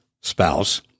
spouse